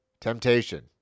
temptation